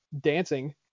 dancing